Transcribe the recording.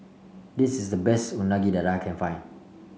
this is the best that I can find